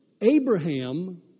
Abraham